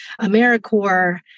AmeriCorps